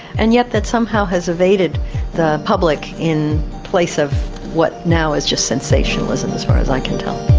and yet that somehow has evaded the public in place of what now is just sensationalism as far as i can tell.